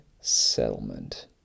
settlement